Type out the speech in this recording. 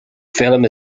film